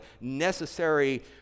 necessary